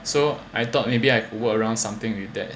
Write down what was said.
so I thought maybe I could work around something with that